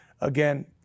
again